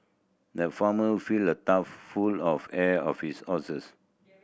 the farmer filled a trough full of hay of his horses